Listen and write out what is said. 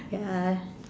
ya